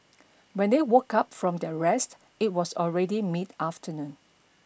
when they woke up from their rest it was already mid afternoon